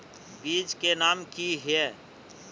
बीज के नाम की हिये?